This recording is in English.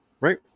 Right